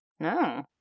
No